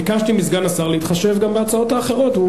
ביקשתי מסגן השר להתחשב גם בהצעות האחרות.